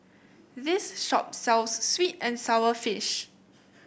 this shop sells sweet and sour fish